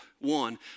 One